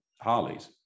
harleys